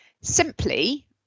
Simply